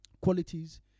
qualities